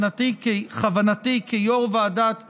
ובכוונתי כיו"ר ועדת חוקה,